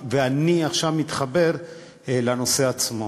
ואני עכשיו מתחבר לנושא עצמו.